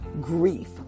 grief